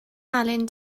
alun